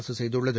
அரசு செய்துள்ளது